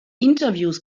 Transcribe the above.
interviews